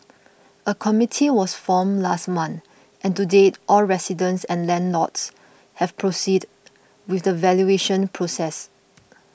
a committee was formed last month and to date all residents and landlords have proceeded with the valuation process